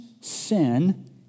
sin